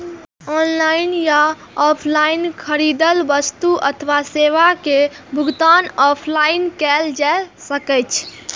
online या offline खरीदल वस्तु अथवा सेवा के भुगतान ऑनलाइन कैल जा सकैछ